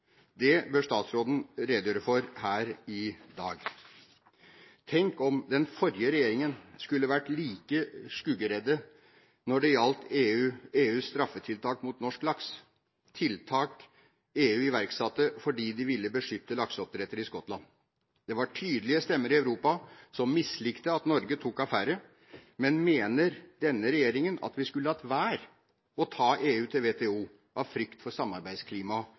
Det bør statsråden redegjøre for her i dag. Tenk om den forrige regjeringen skulle vært like skyggeredd når det gjaldt EUs straffetiltak mot norsk laks – tiltak EU iverksatte fordi de ville beskytte lakseoppdrettere i Skottland. Det var tydelige stemmer i Europa som mislikte at Norge tok affære. Men mener denne regjeringen at vi skulle latt være å ta EU til WTO av frykt for samarbeidsklimaet